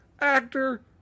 actor